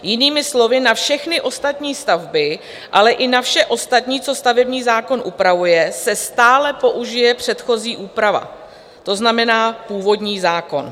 Jinými slovy, na všechny ostatní stavby, ale i na vše ostatní, co stavební zákon upravuje, se stále použije předchozí úprava, to znamená původní zákon.